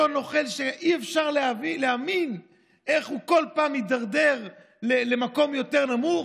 אותו נוכל שאי-אפשר להאמין איך הוא כל פעם מידרדר למקום יותר נמוך,